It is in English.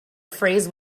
phrase